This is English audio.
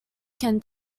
can